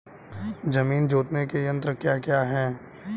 जमीन जोतने के यंत्र क्या क्या हैं?